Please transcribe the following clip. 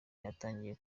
yatangiye